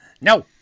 No